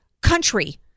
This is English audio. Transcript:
country